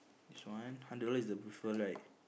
this one hundred dollar is the referral right